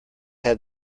had